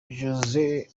jesse